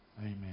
Amen